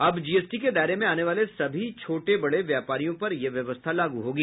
अब जीएसटी के दायरे में आने वाले सभी छोट बड़े व्यापारियों पर यह व्यवस्था लागू होगी